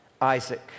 Isaac